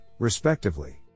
respectively